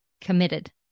committed